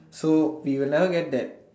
so do you know get that